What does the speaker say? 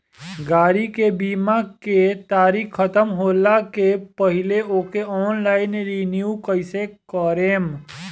गाड़ी के बीमा के तारीक ख़तम होला के पहिले ओके ऑनलाइन रिन्यू कईसे करेम?